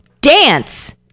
dance